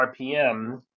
RPM